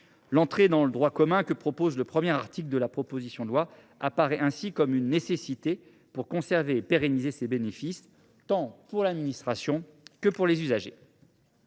L’entrée dans le droit commun qu’assure le premier article de la proposition de loi apparaît dès lors comme une nécessité : il faut conserver et pérenniser ces bénéfices, tant pour l’administration que pour les usagers.